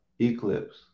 eclipse